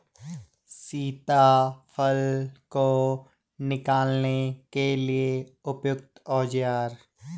सीताफल को निकालने के लिए उपयुक्त औज़ार?